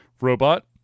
robot